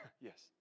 Yes